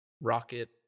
rocket